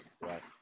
right